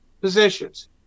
positions